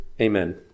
amen